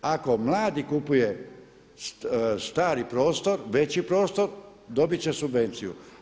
Ako mladi kupuje stari prostor, veći prostor, dobit će subvenciju.